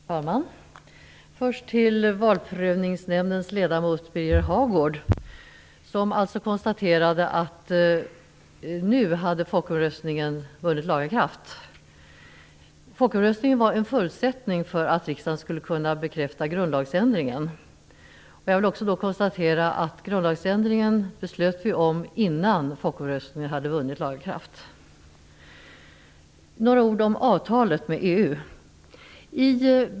Herr talman! Först vill jag vända mig till valprövningsnämndens ledamot Birger Hagård, som alltså konstaterade att folkomröstningen nu hade vunnit laga kraft. Folkomröstningen var en förutsättning för att riksdagen skulle kunna bekräfta grundlagsändringen. Jag vill också konstatera att vi fattade beslut om grundlagsändringen innan folkomröstningen hade vunnit laga kraft. EU.